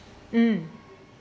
mm